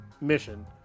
mission